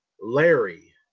Larry